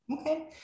Okay